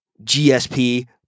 GSP